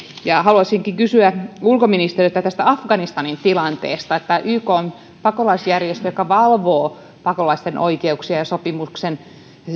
haluaisinkin kysyä ulkoministeriöstä afganistanin tilanteesta ykn pakolaisjärjestö joka valvoo pakolaisten oikeuksia ja sopimuksen